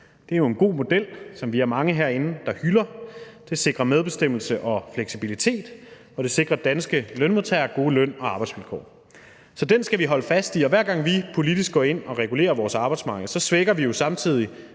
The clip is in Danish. Det er en god model, som vi er mange herinde, der hylder. Det sikrer medbestemmelse og fleksibilitet, og det sikrer danske lønmodtagere god løn og gode arbejdsvilkår. Så den skal vi holde fast i. Hver gang vi politisk går ind og regulerer vores arbejdsmarked, svækker vi samtidig